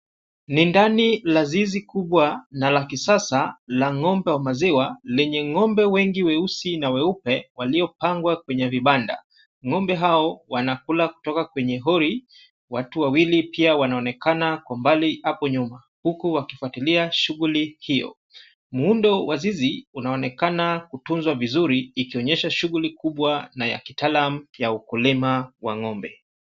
Ni ndani la zizi kubwa na la kisasa la ng'ombe wa maziwa, lenye ng'ombe wengi weusi na weupe waliopangwa kwenye vibanda. Ng'ombe hao wanakula kutoka kwenye hori. Watu wawili pia wanaonekana kwa umbali hapo nyuma huku wakifuatilia shughuli hiyo. Muundo wa zizi unaonekana kutunzwa vizuri ikionyesha shughuli kubwa na ya kitaalamu ya ukulima wa ng'ombe.